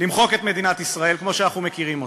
למחוק את מדינת ישראל כמו שאנחנו מכירים אותה.